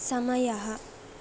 समयः